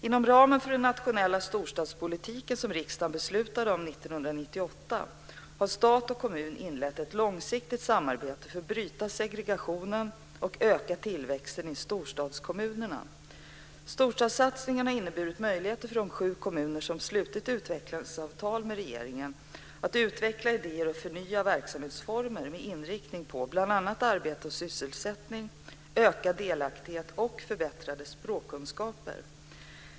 Inom ramen för den nationella storstadspolitiken som riksdagen beslutade om 1998 har stat och kommun inlett ett långsiktigt samarbete för att bryta segregationen och öka tillväxten i storstadskommunerna. Storstadssatsningen har inneburit möjligheter för de sju kommuner som slutit utvecklingsavtal med regeringen att utveckla idéer och förnya verksamhetsformer med inriktning på bl.a. arbete och sysselsättning, ökad delaktighet och förbättrade språkkunskaper.